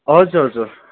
हजुर हजुर